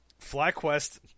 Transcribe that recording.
FlyQuest